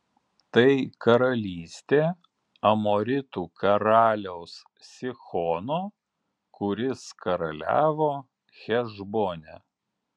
tai karalystė amoritų karaliaus sihono kuris karaliavo hešbone